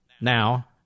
now